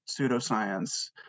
pseudoscience